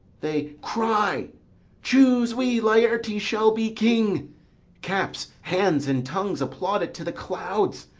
they cry choose we! laertes shall be king caps, hands, and tongues applaud it to the clouds,